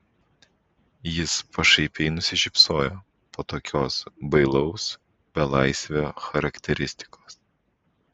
jis pašaipiai nusišypsojo po tokios bailaus belaisvio charakteristikos